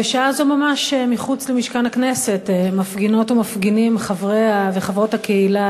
בשעה זאת ממש מחוץ למשכן הכנסת מפגינות ומפגינים חברים וחברות הקהילה